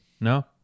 No